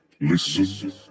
Listen